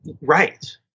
right